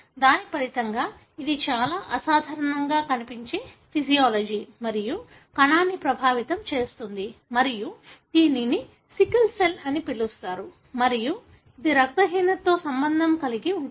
దాని ఫలితంగా ఇది చాలా అసాధారణంగా కనిపించే ఫీజియోలజీ మరియు కణాన్ని ప్రభావితం చేస్తుంది మరియు దీనిని సికిల్ సెల్ అని పిలుస్తారు మరియు ఇది రక్తహీనతతో సంబంధం కలిగి ఉంటుంది